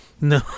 No